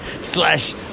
slash